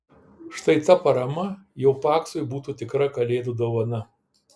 štai ta parama jau paksui būtų tikra kalėdų dovana